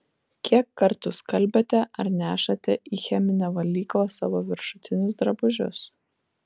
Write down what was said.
kiek kartų skalbiate ar nešate į cheminę valyklą savo viršutinius drabužius